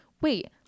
wait